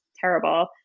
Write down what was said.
terrible